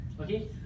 Okay